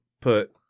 put